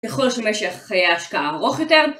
יכול להיות שמשך חיי השקעה ארוך יותר